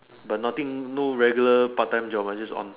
but nothing no regular part time job uh just on